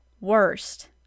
worst